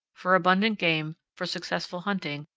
for abundant game, for successful hunting,